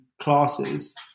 classes